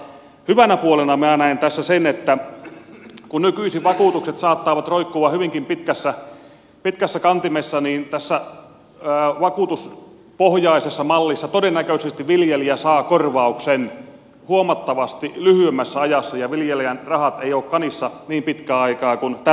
hyvänä puolena minä näen tässä sen että kun nykyisin vakuutukset saattavat roikkua hyvinkin pitkässä kantimessa niin tässä vakuutuspohjaisessa mallissa viljelijä todennäköisesti saa korvauksen huomattavasti lyhyemmässä ajassa ja viljelijän rahat eivät ole kanissa niin pitkän aikaa kuin tällä hetkellä